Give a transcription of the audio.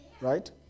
right